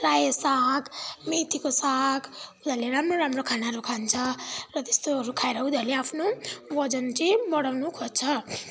रायो साग मेथीको साग उनीहरूले राम्रो राम्रो खानाहरू खान्छ र त्यस्तोहरू खाएर पनि उनीहरूले आफ्नो वजन चाहिँ बढाउनु खोज्छ